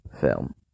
film